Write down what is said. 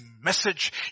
message